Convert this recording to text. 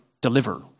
deliver